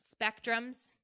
spectrums